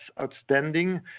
outstanding